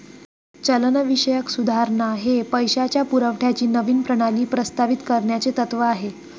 चलनविषयक सुधारणा हे पैशाच्या पुरवठ्याची नवीन प्रणाली प्रस्तावित करण्याचे तत्त्व आहे